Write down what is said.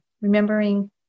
remembering